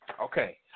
Okay